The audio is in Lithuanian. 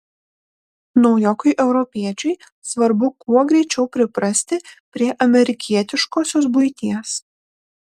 naujokui europiečiui svarbu kuo greičiau priprasti prie amerikietiškosios buities